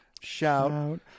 shout